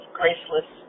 graceless